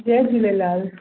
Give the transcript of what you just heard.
Jay Jhulelal